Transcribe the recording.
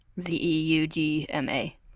z-e-u-g-m-a